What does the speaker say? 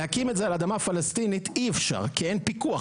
להקים את זה על אדמה פלסטינית אי-אפשר כי אין פיקוח.